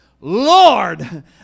Lord